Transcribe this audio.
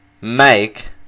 make